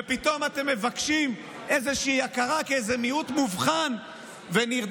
ופתאום אתם מבקשים איזושהי הכרה כאיזה מיעוט מובחן ונרדף.